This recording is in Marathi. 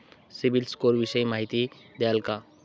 सिबिल स्कोर विषयी माहिती द्याल का?